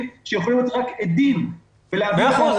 שיכולים להיות רק עדים --- מאה אחוז,